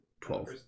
Twelve